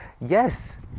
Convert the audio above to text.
Yes